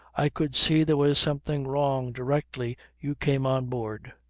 i could see there was something wrong directly you came on board.